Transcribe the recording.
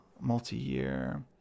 multi-year